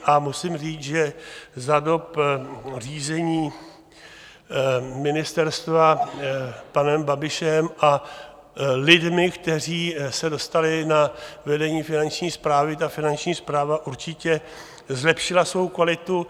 A musím říct, že za dob řízení ministerstva panem Babišem a lidmi, kteří se dostali na vedení Finanční správy, ta Finanční správa určitě zlepšila svou kvalitu.